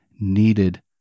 needed